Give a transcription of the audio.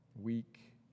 weak